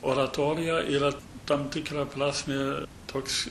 oratorija yra tam tikra prasme toks